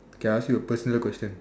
kay I ask you a personal question